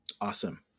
Awesome